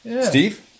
Steve